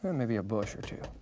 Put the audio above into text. maybe a bush or two,